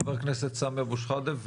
כן, חבר הכנסת סמי אבו שחאדה.